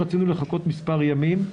רצינו לחכות מספר ימים,